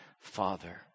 Father